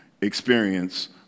experience